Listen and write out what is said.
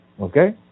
Okay